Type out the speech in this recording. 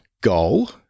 goal